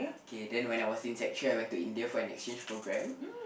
okay then when I was in sec three I went to India for an exchange programme